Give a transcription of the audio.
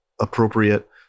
appropriate